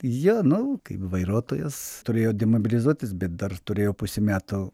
jie nu kaip vairuotojas turėjo demobilizuotis bet dar turėjau pusę metų